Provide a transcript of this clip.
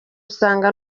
usanga